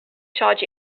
charge